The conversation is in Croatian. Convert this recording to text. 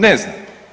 Ne znam.